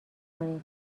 کنید